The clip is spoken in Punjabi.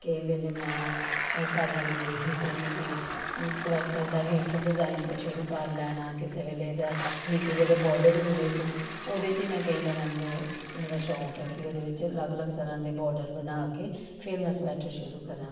ਕਈ ਵੇਲੇ ਮੈਂ ਉਹ ਕਰ ਲੈਂਦੀ ਹੀ ਸੀਗੀ ਕਿ ਸਵੈਟਰ ਦਾ ਹੇਠੋਂ ਡਿਜ਼ਾਇਨ ਸ਼ੁਰੂ ਕਰ ਲੈਣਾ ਕਿਸੇ ਵੇਲੇ ਦਾ ਨੀਚੇ ਜਿਹੜੇ ਬੋਰਡਰ ਹੁੰਦੇ ਸੀ ਉਹਦੇ 'ਚ ਹੀ ਮੈਂ ਕਈ ਤਰ੍ਹਾਂ ਦੇ ਮੇਰਾ ਸ਼ੌਕ ਹੈ ਕਿ ਉਹਦੇ ਵਿੱਚ ਅਲੱਗ ਅਲੱਗ ਤਰ੍ਹਾਂ ਦੇ ਬੋਰਡਰ ਬਣਾ ਕੇ ਫਿਰ ਮੈਂ ਸਵੈਟਰ ਸ਼ੁਰੂ ਕਰਾਂ